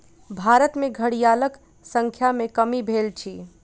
भारत में घड़ियालक संख्या में कमी भेल अछि